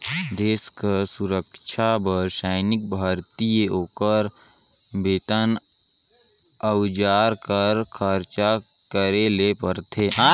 देस कर सुरक्छा बर सैनिक भरती, ओकर बेतन, अउजार कर खरचा करे ले परथे